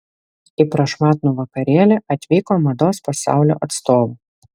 į prašmatnų vakarėlį atvyko mados pasaulio atstovų